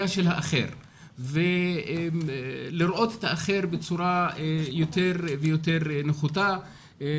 של האחר ולראות את האחר בצורה יותר ויותר נחותה.